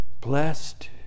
Blessed